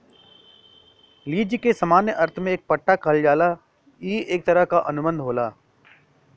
lease के सामान्य अर्थ में पट्टा कहल जाला ई एक तरह क अनुबंध होला